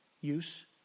use